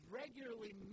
regularly